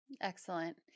Excellent